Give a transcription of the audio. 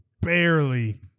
barely